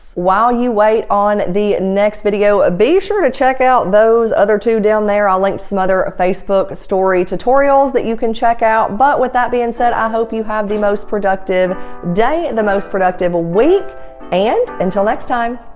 while you wait on the next video ah be sure to check out those other two down there i'll link to some other a facebook story tutorials that you can check out but with that being said i hope you have the most productive day at the most productive a week and until next time,